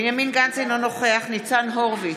בנימין גנץ, אינו נוכח ניצן הורוביץ,